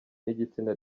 n’igitsina